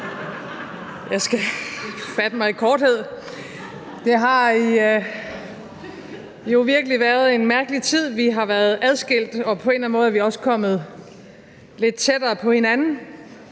jeg skal fatte mig i korthed. Det har jo virkelig været en mærkelig tid. Vi har været adskilt, og på en eller anden måde er vi også kommet lidt tættere på hinanden.